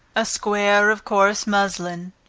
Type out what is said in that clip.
a square of coarse muslin,